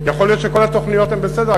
יכול להיות שכל התוכניות הן בסדר.